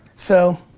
so,